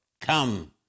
come